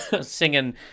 singing